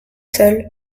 seul